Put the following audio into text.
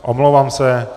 Omlouvám se.